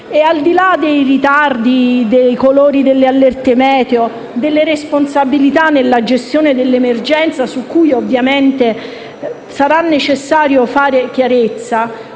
Al di là dei ritardi, dei colori delle allerta meteo, delle responsabilità nella gestione dell'emergenza, su cui ovviamente sarà necessario fare chiarezza